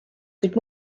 kuid